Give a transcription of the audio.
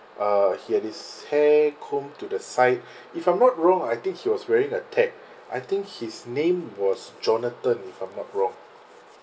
uh he had his hair combed to the side if I'm not wrong I think he was wearing a tag I think his name was jonathan if I'm not wrong